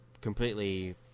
completely